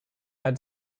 had